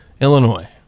Illinois